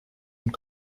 und